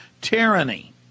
tyranny